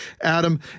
Adam